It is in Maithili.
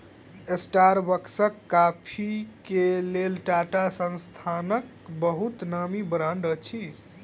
स्टारबक्स कॉफ़ी के लेल टाटा संस्थानक बहुत नामी ब्रांड अछि